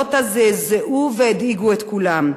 ההפגנות אז זעזעו והדאיגו את כולם.